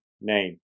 name